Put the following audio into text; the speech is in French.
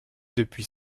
depuis